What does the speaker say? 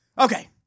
Okay